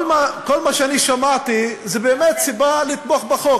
כל מה שאני שמעתי, זו באמת סיבה לתמוך בחוק.